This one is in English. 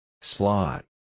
Slot